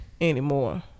anymore